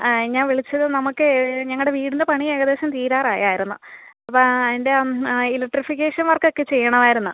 ആ ഞാൻ വിളിച്ചത് നമുക്ക് ഞങ്ങളുടെ വീടിൻ്റെ പണി ഏകദേശം തീരാറായിരുന്നു അപ്പോൾ അതിൻ്റെ ആ ഇലക്ട്രിഫിക്കേഷൻ വർക്ക് ഒക്കെ ചെയ്യണമായിരുന്നു